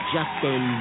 Justin